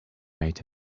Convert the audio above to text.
made